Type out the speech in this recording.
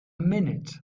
minute